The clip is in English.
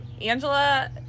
Angela